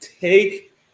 Take